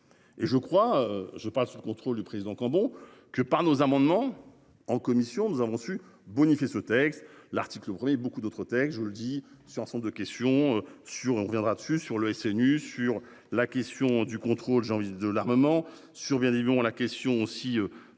Et je crois je parle sous contrôle du président Cambon que par nos amendements en commission, nous avons su bonifier ce texte. L'article premier, beaucoup d'autres textes, je vous le dis sur ensemble de questions sur hé on reviendra dessus sur le SNU sur la question du contrôle, j'ai envie de l'armement survient des la question aussi